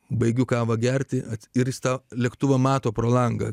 baigiu kavą gerti atkirsto lėktuvo mato pro langą